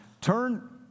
Turn